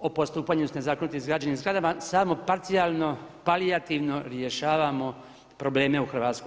o postupanju sa nezakonito izgrađenim zgradama samo parcijalno, palijativno rješavamo probleme u Hrvatskoj.